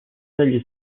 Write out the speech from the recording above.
degli